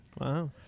Wow